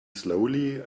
slowly